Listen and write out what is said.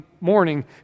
morning